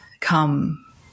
come